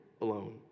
alone